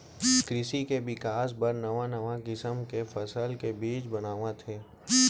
कृसि के बिकास बर नवा नवा किसम के फसल के बीज बनावत हें